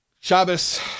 Shabbos